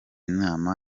nama